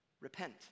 repent